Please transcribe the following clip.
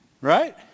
Right